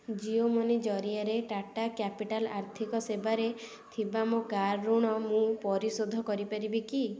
Jio money ଜରିଆରେ Tata capital ଆର୍ଥିକ ସେବାରେ ଥିବା ମୋ କାର୍ ଋଣ ମୁଁ ପରିଶୋଧ କରିପାରିବି କି